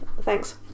thanks